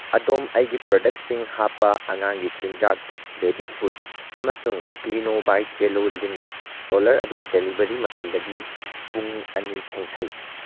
ꯑꯗꯣꯝ ꯑꯩꯒꯤ ꯄ꯭ꯔꯗꯛꯁꯤꯡ ꯍꯥꯞꯄ ꯑꯉꯥꯡꯒꯤ ꯆꯤꯟꯖꯥꯛ ꯕꯦꯕꯤ ꯐꯨꯗ ꯑꯃꯁꯨꯡ Clino by Cello lint roller ꯑꯗꯨ ꯗꯦꯂꯤꯕꯔꯤ ꯃꯇꯝꯗꯒꯤ ꯄꯨꯡ ꯑꯅꯤ ꯊꯦꯡꯊꯩ